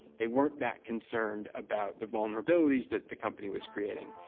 they weren't that concerned about the vulnerabilities that the company was creating.